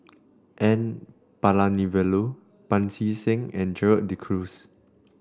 N Palanivelu Pancy Seng and Gerald De Cruz